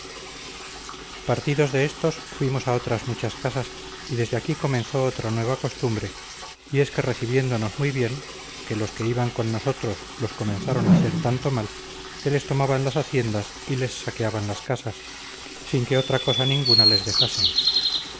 partidos de éstos fuimos a otras muchas casas y desde aquí comenzó otra nueva costumbre y es que recibiéndonos muy bien que los que iban con nosotros los comenzaron a hacer tanto mal que les tomaban las haciendas y les saqueaban las casas sin que otra cosa ninguna les dejasen